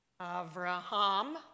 Avraham